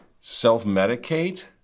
self-medicate